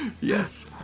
Yes